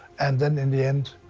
and then and the end,